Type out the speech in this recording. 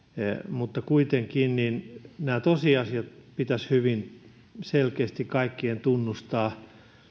mutta kuitenkin nämä tosiasiat pitäisi hyvin selkeästi kaikkien tunnustaa